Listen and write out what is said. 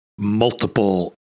multiple